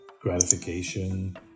gratification